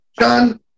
John